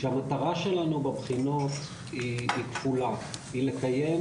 כשהמטרה שלנו בבחינות היא כפולה: היא לקיים